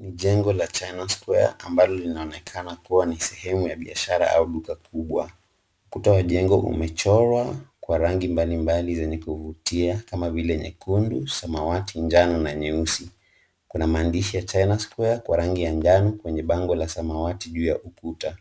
Ni jengo la China Square ambalo linaonekana kuwa ni sehemu ya biashara au duka kubwa. Ukuta wa jengo umechorwa kwa rangi mbalimbali zenye kuvutia kama vile nyekundu, samawati, njano na nyeusi. Kuna maandishi ya China Square kwa rangi ya njano kwenye bango la samawati juu ya ukuta.